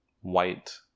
white